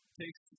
takes